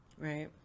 Right